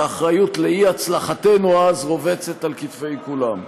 והאחריות לאי-הצלחתנו אז רובצת על כתפי כולם.